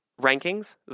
rankings